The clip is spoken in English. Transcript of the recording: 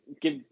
give